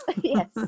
Yes